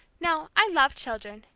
now, i love children,